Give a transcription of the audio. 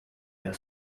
your